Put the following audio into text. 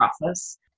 process